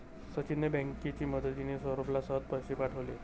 सचिनने बँकेची मदतिने, सौरभला सहज पैसे पाठवले